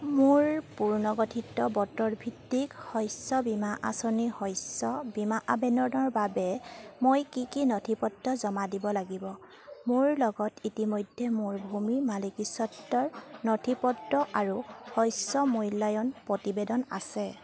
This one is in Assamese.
মোৰ পুনৰ্গঠিত বতৰ ভিত্তিক শস্য বীমা আঁচনি শস্য বীমা আবেদনৰ বাবে মই কি কি নথিপত্ৰ জমা দিব লাগিব মোৰ লগত ইতিমধ্যে মোৰ ভূমিৰ মালিকীস্বত্বৰ নথিপত্ৰ আৰু শস্য মূল্যায়ন প্ৰতিবেদন আছে